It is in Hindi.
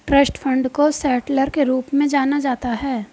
ट्रस्ट फण्ड को सेटलर के रूप में जाना जाता है